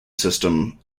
system